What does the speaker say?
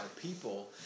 people